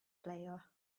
player